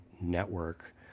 network